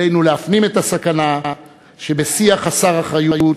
עלינו להפנים את הסכנה שבשיח חסר אחריות,